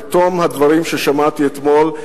בתום הדברים ששמעתי אתמול,